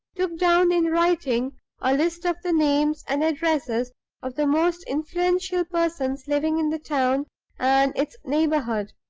took down in writing a list of the names and addresses of the most influential persons living in the town and its neighborhood.